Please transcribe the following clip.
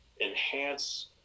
enhance